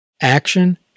Action